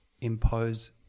impose